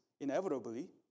inevitably